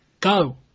go